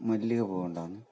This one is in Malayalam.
മല്ലികപ്പൂ ഉണ്ടാകുന്നു